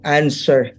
answer